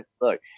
look